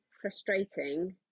frustrating